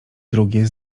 drugie